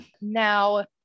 Now